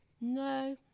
No